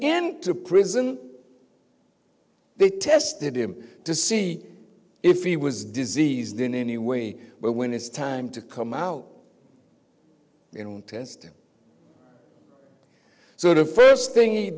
to prison they tested him to see if he was diseased in any way but when it's time to come out and test so the first thing he